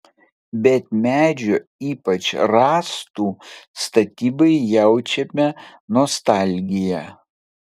bet medžio ypač rąstų statybai jaučiame nostalgiją